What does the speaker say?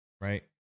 Right